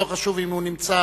לא חשוב אם הוא נמצא